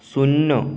শূন্য